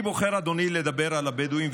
אני בוחר לדבר על הבדואים,